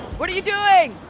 what are you doing?